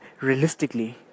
realistically